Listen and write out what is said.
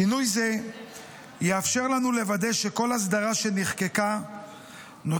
שינוי זה יאפשר לנו לוודא שכל הסדרה שנחקקה נותרת